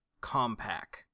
compact